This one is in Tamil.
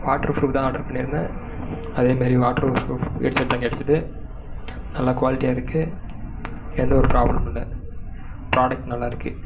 வாட்டரு புரூஃப் தான் ஆர்டர் பண்ணியிருந்தேன் அதேமாதிரி வாட்டரு புரூஃப் ஹெட்செட் தான் கிடைச்சிது நல்லா குவாலிட்டியாகருக்கு எந்தவொரு ப்ராப்ளமும் இல்லை ப்ராடக்ட் நல்லாயிருக்கு